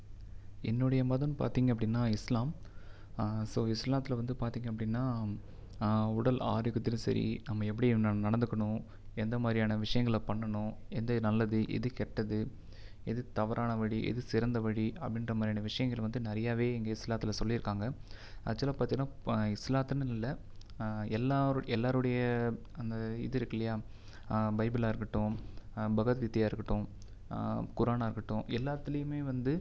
எல்லா எல்லாருடைய அந்த இது இருக்குல்லையா பைபிள்ளாக இருக்கட்டும் பகவத் கீதையாக இருக்கட்டும் குரானாக இருக்கட்டும் எல்லாத்துலையுமே வந்து